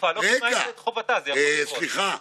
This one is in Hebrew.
לבטל את הקיצוץ הדרסטי והמיותר הזה ולהעניק רשת ביטחון